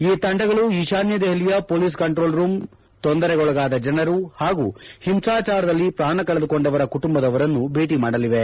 ಈ ತಂಡಗಳು ಈತಾನ್ಯ ದೆಹಲಿಯ ಮೊಲೀಸ್ ಕಂಟೋಲ್ ರೂಂ ತೊಂದರೆಗೊಳಗಾದ ಜನರು ಹಾಗೂ ಹಿಂಸಾಜಾರದಲ್ಲಿ ಪ್ರಾಣ ಕಳೆದುಕೊಂಡವರ ಕುಟುಂಬದವರನ್ನು ಭೇಟಿ ಮಾಡಲಿವೆ